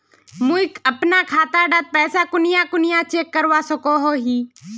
मुई अपना खाता डात पैसा कुनियाँ कुनियाँ चेक करवा सकोहो ही?